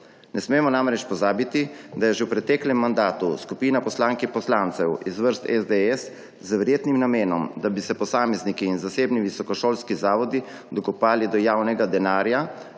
Ne smemo namreč pozabiti, da je že v preteklem mandatu skupina poslank in poslancev iz vrst SDS z verjetnim namenom, da bi se posamezniki in zasebni visokošolski zavodi dokopali do javnega denarja,